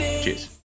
Cheers